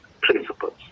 principles